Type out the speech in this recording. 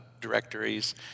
directories